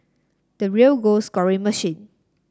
the real goal scoring machine